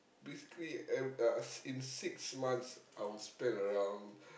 basically ev~ uh in six months I would spend around